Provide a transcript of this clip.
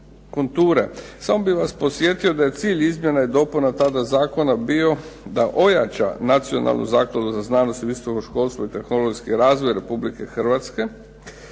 Samo bi vas podsjetio da je cilj izmjena i dopuna tada zakona bio da ojača Nacionalnu zakladu za znanost i visoko školstvo i tehnologijski razvoj Republike Hrvatske